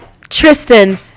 Tristan